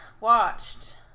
watched